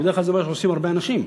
כי זה בדרך כלל מה שעושים הרבה אנשים,